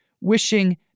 wishing